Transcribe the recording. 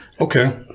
Okay